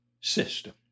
system